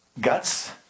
guts